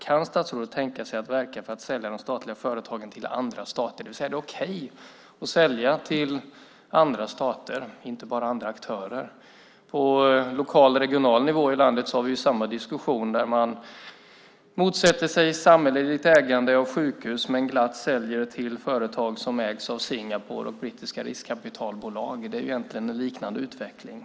Kan statsrådet tänka sig att verka för att sälja de statliga företagen till andra stater, det vill säga är det okej att sälja till andra stater, inte bara andra aktörer? På lokal och regional nivå i landet har vi samma diskussion. Man motsätter sig samhälleligt ägande av sjukhus men säljer glatt till företag som ägs av Singapore och brittiska riskkapitalbolag. Det är egentligen en liknande utveckling.